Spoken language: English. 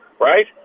right